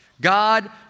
God